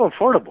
affordable